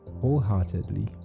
wholeheartedly